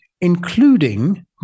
including